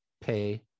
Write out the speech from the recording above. pay